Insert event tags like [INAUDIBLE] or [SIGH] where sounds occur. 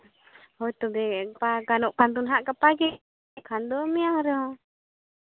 ᱦᱳᱭ ᱛᱚᱵᱮ ᱜᱟᱯᱟ ᱜᱟᱱᱚᱜ ᱠᱷᱟᱱ ᱫᱚ ᱦᱟᱸᱜ ᱜᱟᱯᱟ ᱜᱮ ᱟᱨ [UNINTELLIGIBLE] ᱠᱷᱟᱱ ᱫᱚ ᱢᱮᱭᱟᱝ ᱨᱮᱦᱚᱸ